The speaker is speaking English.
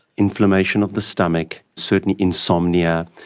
inflammation of the stomach, certainly insomnia,